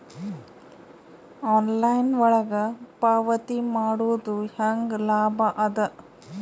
Online ಒಳಗ ಪಾವತಿ ಮಾಡುದು ಹ್ಯಾಂಗ ಲಾಭ ಆದ?